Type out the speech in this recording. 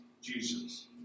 Jesus